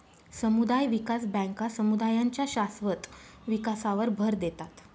समुदाय विकास बँका समुदायांच्या शाश्वत विकासावर भर देतात